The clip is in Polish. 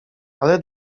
ale